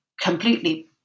completely